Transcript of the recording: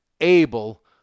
able